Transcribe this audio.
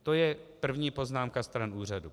To je první poznámka stran úřadu.